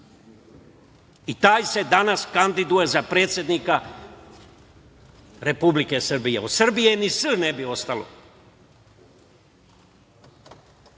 I taj se danas kandiduje za predsednika Republike Srbije. Od Srbije ni S ne bi ostalo. Ko